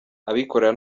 abikorera